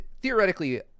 theoretically